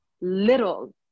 little